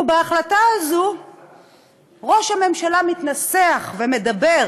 ובהחלטה הזו ראש הממשלה מתנסח ומדבר: